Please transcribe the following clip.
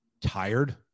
tired